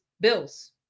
bills